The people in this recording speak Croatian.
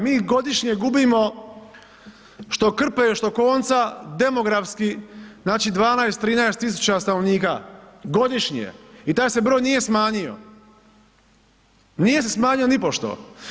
Mi godišnje gubimo što krpe, što konca demografski znači 12-13.000 stanovnika godišnje i taj se broj nije smanjio, nije se smanjio nipošto.